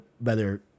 better